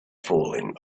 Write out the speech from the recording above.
falling